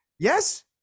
Yes